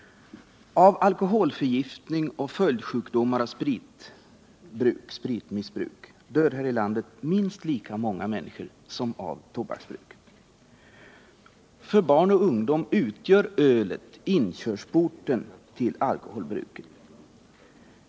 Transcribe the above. Av alkoholförgiftning och följdsjukdomar av spritmissbruk dör här i landet minst lika många människor som av tobaksbruk. För barn och ungdom utgör ölet inkörsporten till alkoholbruket.